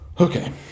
Okay